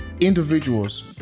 individuals